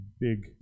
big